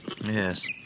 Yes